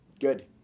Good